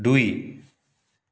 দুই